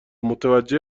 متوجه